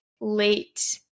late